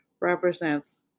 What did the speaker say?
represents